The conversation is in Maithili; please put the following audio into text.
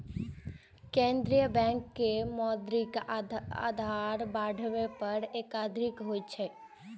केंद्रीय बैंक के मौद्रिक आधार बढ़ाबै पर एकाधिकार होइ छै